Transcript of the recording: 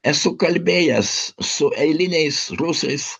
esu kalbėjęs su eiliniais rusais